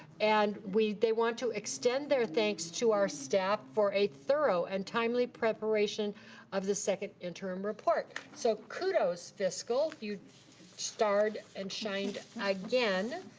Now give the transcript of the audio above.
and they want to extend their thanks to our staff for a thorough and timely preparation of the second interim report, so, kudos, fiscal, you starred and shined again.